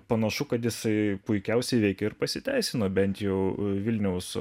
panašu kad jisai puikiausiai veikė ir pasiteisino bent jau vilniaus